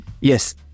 Yes